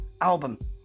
album